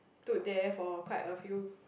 stood there for like quite a few